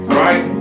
right